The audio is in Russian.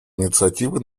инициативы